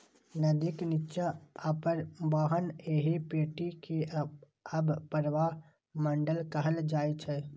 नदीक निच्चा अवप्रवाहक एहि पेटी कें अवप्रवाह मंडल कहल जाइ छै